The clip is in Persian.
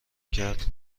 کرد